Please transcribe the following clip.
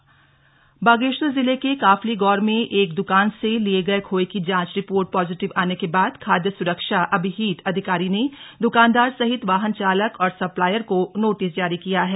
खादय पदार्थ जांच रिपोर्ट बागेश्वर जिले के काफलीगौर में एक दुकान से लिए गए खोये की जांच रिपोर्ट पॉजिटिव आने के बाद खाद्य सुरक्षा अभिहीत अधिकारी ने द्कानदार सहित वाहन चालक और सप्लायर को नोटिस जारी किया है